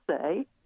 say